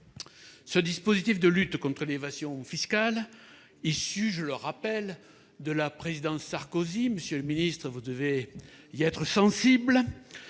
Ce dispositif de lutte contre l'évasion fiscale, issu de la présidence de Nicolas Sarkozy- monsieur le ministre, vous devez y être sensible,